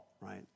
right